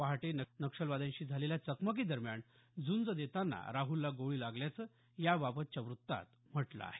पहाटे नक्षलवाद्यांशी झालेल्या चकामकीदरम्यान झ्रंज देताना राहुलला गोळी लागल्याचं याबाबतच्या वृत्तात म्हटलं आहे